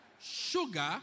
Sugar